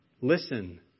Listen